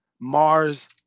Mars